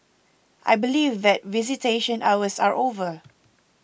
I believe that visitation hours are over